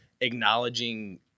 acknowledging